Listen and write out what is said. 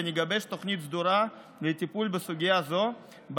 ונגבש תוכנית סדורה לטיפול בסוגיה הזאת,